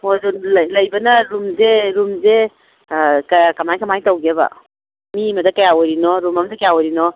ꯍꯣ ꯑꯗꯨ ꯂꯩꯕꯅ ꯔꯨꯝꯁꯦ ꯔꯨꯝꯁꯦ ꯀꯃꯥꯏ ꯀꯃꯥꯏꯅ ꯇꯧꯒꯦꯕ ꯃꯤ ꯑꯃꯗ ꯀꯌꯥ ꯑꯣꯏꯔꯤꯕꯅꯣ ꯔꯨꯝ ꯑꯃꯗ ꯀꯌꯥ ꯑꯣꯏꯔꯤꯕꯅꯣ